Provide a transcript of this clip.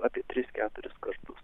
apie tris keturis kartus